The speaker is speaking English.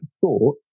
thought